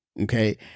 Okay